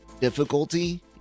difficulty